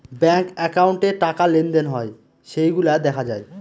bank একাউন্টে টাকা লেনদেন হয় সেইগুলা দেখা যায়